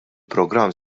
programm